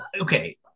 okay